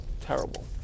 Terrible